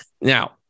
Now